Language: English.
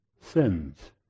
sins